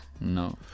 No